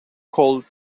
cold